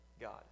God